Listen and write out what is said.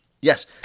Yes